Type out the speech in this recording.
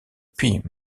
puis